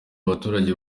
abaturage